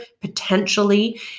potentially